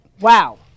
Wow